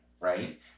right